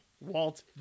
Walt